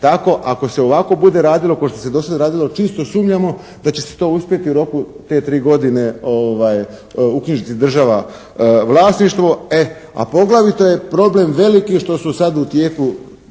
tako ako se ovako bude radilo kao što se do sada radilo, čisto sumnjamo da će se to uspjeti u roku te tri godine uknjižiti država vlasništvo, e a poglavito je problem veliki što su sada u tijeku